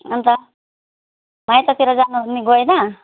अन्त माइततिर जानुहुने गइएन